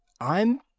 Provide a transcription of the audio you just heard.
I'm